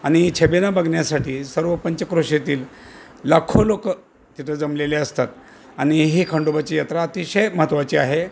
आणि छबिना बघण्यासाठी सर्वपंचक्रोशीतील लाखो लोक तिथं जमलेले असतात आणि हे खंडोबाची यात्रा अतिशय महत्त्वाची आहे